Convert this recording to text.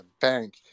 bank